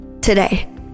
today